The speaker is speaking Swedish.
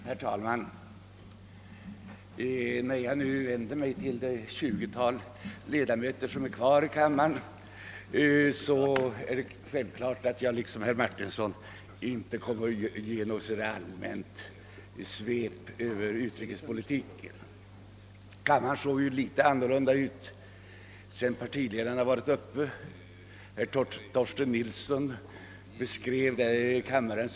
Herr talman! När jag nu vänder mig till det 20-tal ledamöter som finns kvar i kammaren före middagsrasten är det självklart att jag — liksom herr Martinsson — inte kommer att göra något allmänt svep över utrikespolitiken. Kammaren såg faktiskt annorlunda ut vid partiledarnas framträdanden. Men utrikesminister Torsten Nilsson var ändå inte nöjd.